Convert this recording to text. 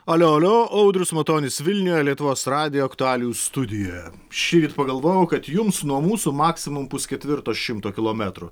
alio alio audrius matonis vilniuje lietuvos radijo aktualijų studijoje šįryt pagalvojau kad jums nuo mūsų maksimum pusketvirto šimto kilometrų